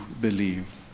believe